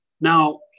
Now